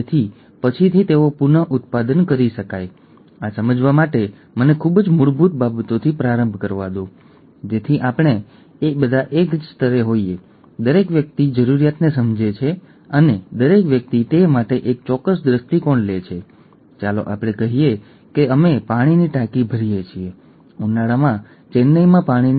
અને પછી જી6પીડી ની ઉણપ નામની એક વસ્તુ છે જે દર વર્ષે જન્મતા મોટી સંખ્યામાં શિશુઓને અસર કરે છે ખરું ને